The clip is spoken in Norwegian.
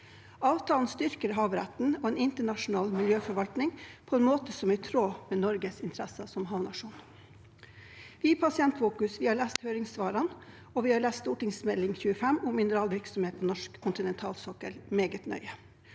Avtalen styrker havretten og en internasjonal miljøforvaltning på en måte som er i tråd med Norges interesser som havnasjon. Vi i Pasientfokus har lest høringssvarene, og vi har lest Meld. St. 25 for 2022–2023, om mineralvirksomhet på norsk kontinentalsokkel, meget nøye.